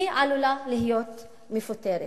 היא עלולה להיות מפוטרת.